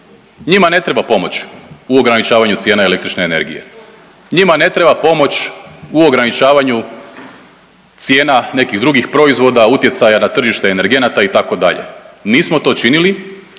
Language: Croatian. njima ne treba pomoć u ograničavanju cijena električne energije, njima ne treba pomoć u ograničavanju cijena nekih drugih proizvoda, utjecaja na tržište energenata, itd., nismo to činili